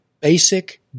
basic